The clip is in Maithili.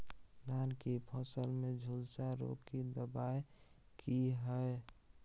धान की फसल में झुलसा रोग की दबाय की हय?